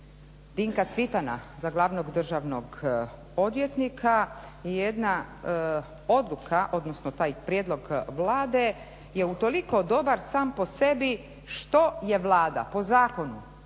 Dinka Cvitana za glavnog državnog odvjetnika je jedna odluka odnosno taj prijedlog Vlade je utoliko dobar sam po sebi što je Vlada po zakonu